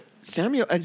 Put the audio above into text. Samuel